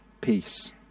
peace